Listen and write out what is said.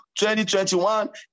2021